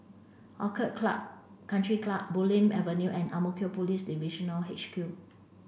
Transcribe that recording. Orchid Club Country Club Bulim Avenue and Ang Mo Kio Police Divisional H Q